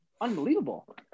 Unbelievable